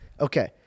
Okay